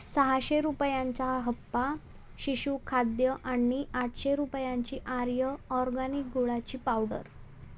सहाशे रुपयांचा हप्पा शिशु खाद्य आणि आठशे रुपयांची आर्य ऑरगॅनिक गुळाची पावडर